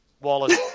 Wallace